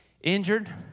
Injured